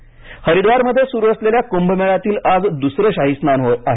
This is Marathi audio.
कुभमेळा हरिद्वारमध्ये सुरू असलेल्या कुंभमेळ्यातील आज दुसरं शाही स्नान आहे